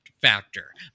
factor